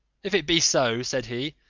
if it be so, said he,